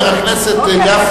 חבר הכנסת גפני.